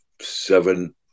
seven